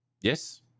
Yes